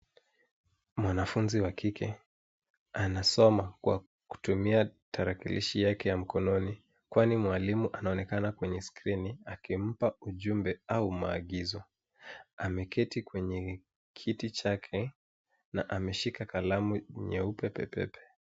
Mwanafunzi wa kike anasoma kwa kutumia tarakilishi yake ya mkononi, kwani mwalimu anaonekana kwenye skrini, akimpa ujumbe au maagizo. Ameketi kwenye kiti chake na ameshika kalamu nyeupe pe pe pe.